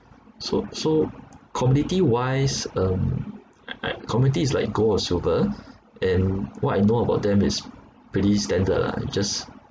so so commodity wise um I I commodity is like gold or silver and what I know about them is pretty standard lah just